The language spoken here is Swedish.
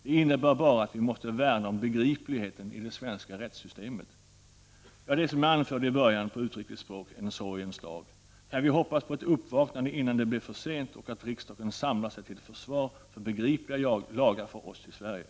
Det innebär bara att vi måste värna om begripligheten i det svenska rättssystemet. Ja, det är som jag anförde i början på utrikes språk en sorgens dag. Kan vi hoppas på ett uppvaknande innan det blir för sent, och kan vi hoppas på att riksdagen samlar sig till ett försvar för begripliga lagar för oss i Sverige?